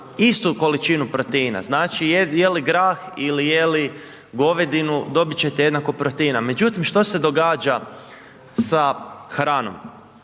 istu količinu proteina, znači, jeli grah ili jeli govedinu, dobit ćete jednako proteina. Međutim, što se događa sa hranom?